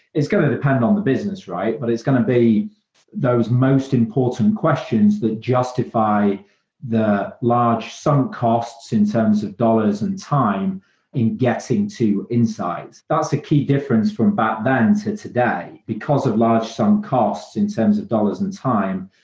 it's going to depend on the business, but it's going to be those most important questions that justify the large sum costs in terms of dollars and time in getting to insights. that's the key difference from back then to today. because of large sum costs in terms of dollars and time,